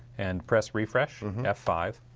and press refresh an f five